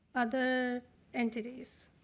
other entities.